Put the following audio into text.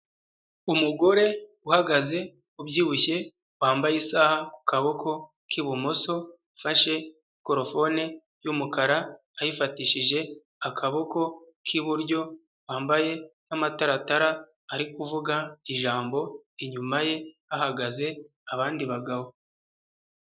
Umugore uhagaze ubyibushye wambaye isaha ku kaboko k'ibumoso, ufashe mikorofone y'umukara ayifatishije akaboko k'iburyo, wambaye n'amataratara ari kuvuga ijambo, inyuma ye hahagaze abandi bagabo.